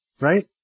Right